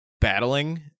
battling